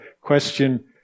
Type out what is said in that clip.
question